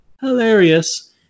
hilarious